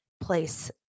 place